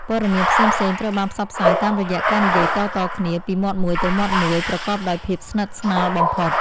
ព័ត៌មានផ្សេងៗត្រូវបានផ្សព្វផ្សាយតាមរយៈការនិយាយតៗគ្នាពីមាត់មួយទៅមាត់មួយប្រកបដោយភាពស្និទ្ធស្នាលបំផុត។